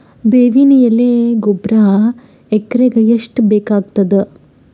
ಬೇವಿನ ಎಲೆ ಗೊಬರಾ ಎಕರೆಗ್ ಎಷ್ಟು ಬೇಕಗತಾದ?